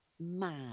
mad